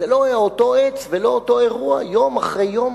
זה לא היה אותו עץ ולא אותו אירוע, יום אחרי יום,